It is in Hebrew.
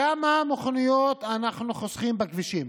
כמה מכוניות אנחנו חוסכים בכבישים,